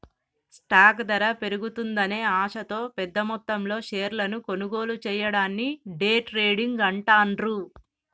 stock ధర పెరుగుతుందనే ఆశతో పెద్దమొత్తంలో షేర్లను కొనుగోలు చెయ్యడాన్ని డే ట్రేడింగ్ అంటాండ్రు